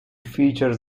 features